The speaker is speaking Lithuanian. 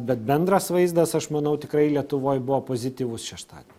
bet bendras vaizdas aš manau tikrai lietuvoj buvo pozityvus šeštadie